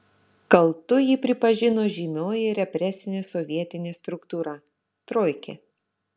kaltu jį pripažino žymioji represinė sovietinė struktūra troikė